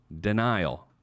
Denial